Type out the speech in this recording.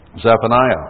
Zephaniah